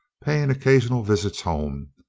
paying occasional visits home,